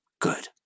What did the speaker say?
good